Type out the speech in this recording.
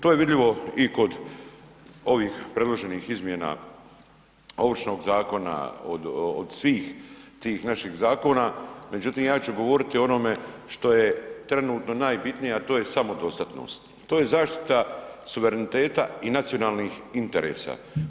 To je vidljivo i kod ovih predloženih izmjena Ovršnog zakona, od svih tih naših zakona, međutim ja ću govoriti o onome što je trenutno najbitnije, a to je samodostatnost, to je zaštita suvereniteta i nacionalnih interesa.